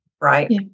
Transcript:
Right